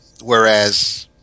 Whereas